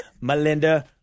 Melinda